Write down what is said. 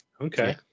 Okay